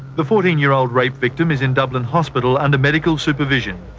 the fourteen year old rape victim is in dublin hospital under medical supervision.